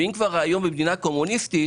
אם כבר רעיון במדינה קומוניסטית,